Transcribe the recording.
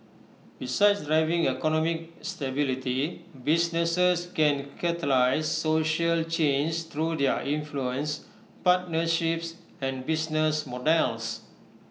besides driving economic stability businesses can catalyse social change through their influence partnerships and business models